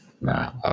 No